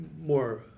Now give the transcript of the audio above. more